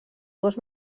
dues